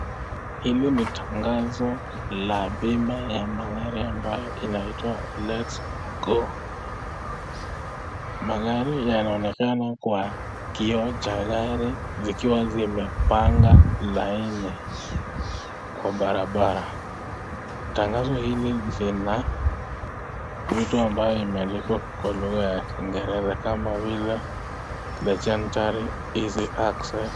Hili nii tangazo la bima ya magari ambayo inaitwa Let's Go . Magari yanaonekana kwa kioo cha gari zikiwa zimepanga laini kwa barabara. Tangazo hili zina vitu ambayo imeandikwa kwa lugha ya kingereza kama wheeler, legendary, easy access .